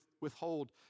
withhold